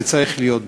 והוא צריך להיות בו,